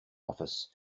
office